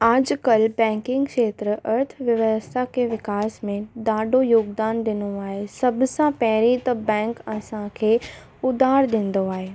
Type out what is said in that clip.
आजकल्ह banking क्षेत्र अर्थव्यवस्था खे विकास में ॾाढो योगदान ॾिनो आहे सभु सां पहिरीं त बैंक असांखे उधारु ॾींदो आहे